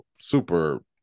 super